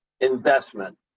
investment